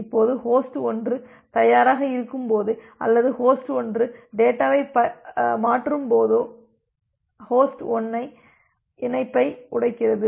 இப்போது ஹோஸ்ட் 1 தயாராக இருக்கும்போதோ அல்லது ஹோஸ்ட் 1 டேட்டாவை மாற்றும்போதோ ஹோஸ்ட் 1 இணைப்பை உடைக்கிறது